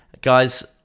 guys